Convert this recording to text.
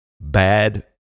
bad